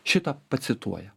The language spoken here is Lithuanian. šita pacituoja